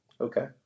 Okay